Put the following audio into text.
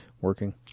working